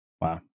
Wow